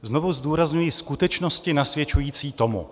Znovu zdůrazňuji: skutečnosti nasvědčující tomu.